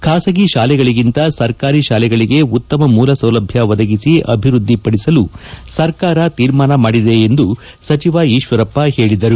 ಖಾಸಗಿ ಶಾಲೆಗಳಗಿಂತ ಸರ್ಕಾರಿ ಶಾಲೆಗಳಿಗೆ ಉತ್ತಮ ಮೂಲಸೌಲಭ್ಞ ಒದಗಿಸಿ ಅಭಿವೃದ್ದಿಪಡಿಸಲು ಸರ್ಕಾರ ತೀರ್ಮಾನ ಮಾಡಿದೆ ಎಂದು ಸಚಿವ ಈಶ್ವರಪ್ಪ ಹೇಳಿದರು